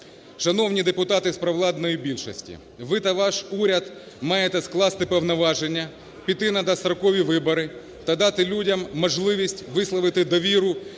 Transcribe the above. Шановні депутати з провладної більшості, ви та ваш уряд маєте скласти повноваження, піти на дострокові вибори та дати людям можливість висловити довіру